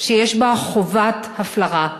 שיש בה חובת הפלרה.